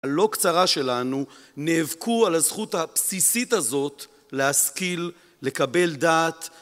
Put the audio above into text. הלא קצרה שלנו נאבקו על הזכות הבסיסית הזאת להשכיל לקבל דעת